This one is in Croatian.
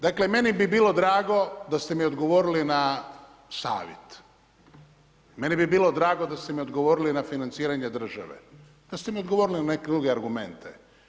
Dakle meni bi bilo drago da ste mi odgovorili na savjet, meni bi bilo drago da ste mi odgovorili na financiranje države, da ste mi odgovorili na neke druge argumente.